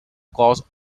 cause